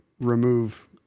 remove